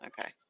Okay